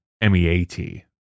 m-e-a-t